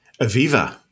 Aviva